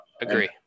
agree